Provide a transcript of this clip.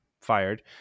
fired